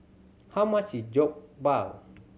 how much is Jokbal